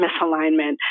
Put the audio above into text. misalignment